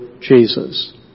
Jesus